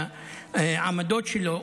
על העמדות שלו,